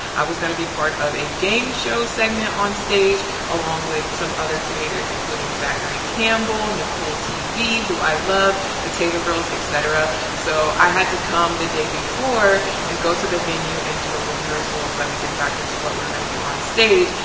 i was gonna be part of a game show segment on stage along with some other creators including zachary campbell, nicole tv, who i love, the taylor girlz, etc. so i had to come the day before and go to the venue and do a rehearsal so that we could practice what we were gonna do on stage.